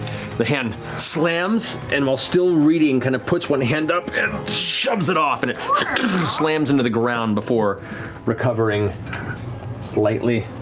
the hand slams and while still reading kind of puts one hand up and shoves it off and it slams into the ground before recovering slightly.